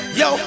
yo